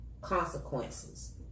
consequences